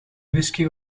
whisky